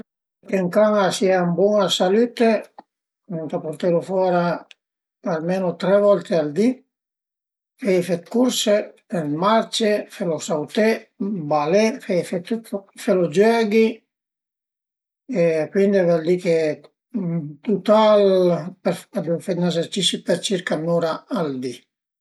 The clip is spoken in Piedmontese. Përché ën can a sia ën bun-a salütte ëntà purtelu fora almenu tre volte al di, feie fe dë curse, dë marce, felu sauté, balé, feie fe tüt felu giöghi e cuindi a völ di chë ën tutal a deu fe d'esercisi për circa ün ura al di